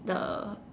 the